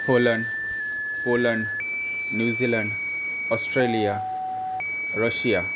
holland Poland New Zealand Australia Russia